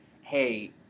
hey